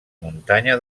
muntanya